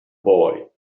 boy